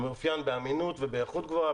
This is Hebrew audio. הוא מאופיין באמינות ובאיכות גבוהה,